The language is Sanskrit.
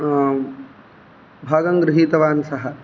भागं गृहीतवान् सः